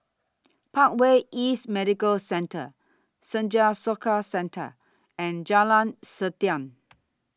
Parkway East Medical Centre Senja Soka Centre and Jalan Siantan